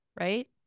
right